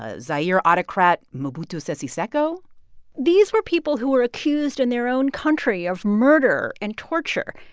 ah zaire autocrat mobutu sese seko these were people who were accused in their own country of murder and torture.